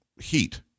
heat